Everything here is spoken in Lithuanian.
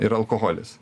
ir alkoholis